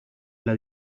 las